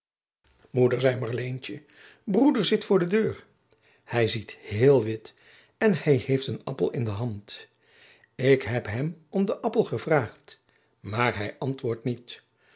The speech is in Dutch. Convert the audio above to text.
moeder zei marleentje broertje zit voor de deur hij ziet heel wit en hij heeft een appel in de hand ik heb hem om den appel gevraagd maar hij antwoordt niet